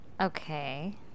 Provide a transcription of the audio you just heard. Okay